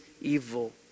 evil